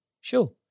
sure